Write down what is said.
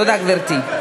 תודה, גברתי.